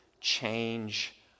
change